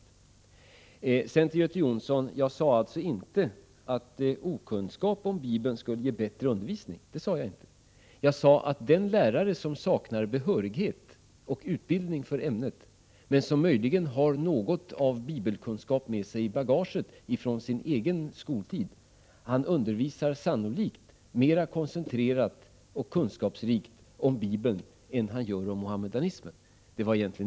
Jag sade inte, Göte Jonsson, att okunskap om Bibeln skulle ge bättre undervisning. Jag sade att den lärare som saknar behörighet och utbildning för ämnet men som möjligen har något av bibelkunskap med sig i bagaget från sin egen skoltid sannolikt undervisar mer koncentrerat och kunskapsrikt om Bibeln än om muhammedanismen.